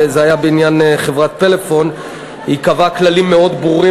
זה היה בעניין חברת "פלאפון" קבעה כללים מאוד ברורים